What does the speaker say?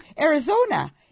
Arizona